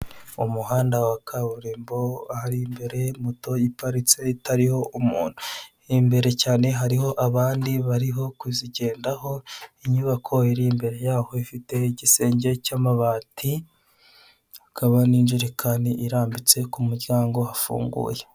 Umuhanda wa kaburimbo ahari imbere moto iparitse itariho umuntu imbere cyane hariho abandi bariho kuzigendaho inyubako iri imbere yaho ifite igisenge cyamabati hakaba ninjerekani irambitse kumuryango hafunguye .